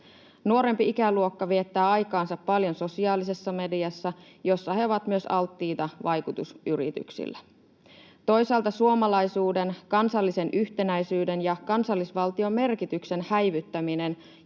Nuorempi ikäluokka viettää aikaansa paljon sosiaalisessa mediassa, jossa he ovat myös alttiita vaikutusyrityksille. Toisaalta suomalaisuuden, kansallisen yhtenäisyyden ja kansallisvaltion merkityksen häivyttäminen